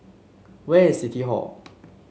where is City Hall